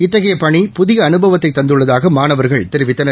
இத்தகைய பணி புதிய அனுபவத்தை தந்துள்ளதாக மாணவர்கள் தெரிவித்தனர்